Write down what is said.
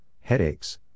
headaches